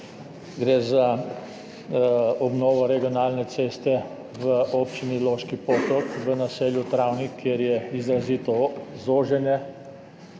Gre za obnovo regionalne ceste v občini Loški Potok v naselju Travnik, kjer je izrazito zoženje.